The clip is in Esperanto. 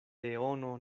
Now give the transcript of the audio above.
leono